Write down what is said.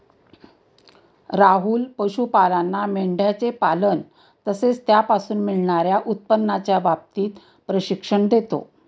राहुल पशुपालांना मेंढयांचे पालन तसेच त्यापासून मिळणार्या उत्पन्नाच्या बाबतीत प्रशिक्षण देतो